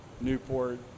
newport